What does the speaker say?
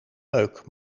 leuk